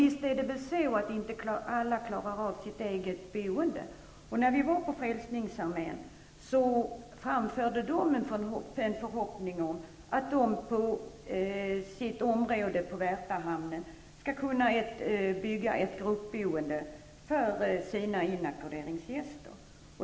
Visst är det på det sättet att alla inte klarar av sitt eget boende. När vi var hos Frälsningsarmén framförde man där en förhoppning om att man på sitt område i Värtahamnen skall kunna bygga ett gruppboende för sina inackorderingsgäster.